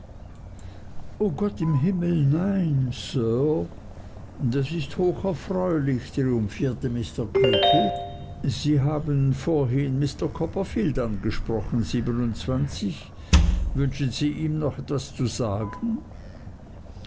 o gott im himmel nein sir das ist hocherfreulich triumphierte mr creakle sie haben vorhin mr copperfield angesprochen wünschen sie ihm noch etwas zu sagen